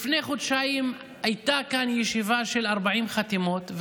לפני חודשיים הייתה כאן ישיבה של 40 חתימות,